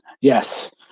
yes